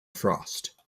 frost